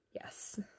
Yes